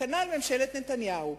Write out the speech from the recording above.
כנ"ל ממשלת נתניהו,